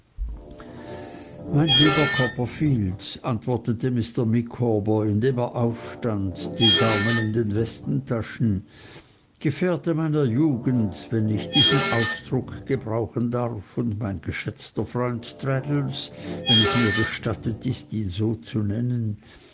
mein lieber copperfield antwortete mr micawber indem er aufstand die daumen in den westentaschen gefährte meiner jugend wenn ich diesen ausdruck gebrauchen darf und mein geschätzter freund traddles wenn es mir gestattet ist ihn so zu nennen